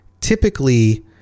typically